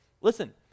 Listen